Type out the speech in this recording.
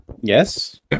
Yes